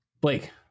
Blake